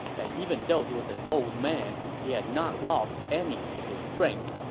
and even though he was an old man, he had not lost any of his strength,